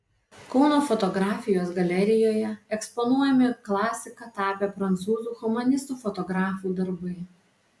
kauno fotografijos galerijoje eksponuojami klasika tapę prancūzų humanistų fotografų darbai